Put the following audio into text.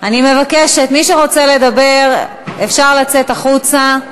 אני מבקשת, מי שרוצה לדבר, אפשר לצאת החוצה.